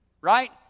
right